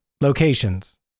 locations